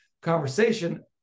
conversation